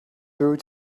through